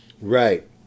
Right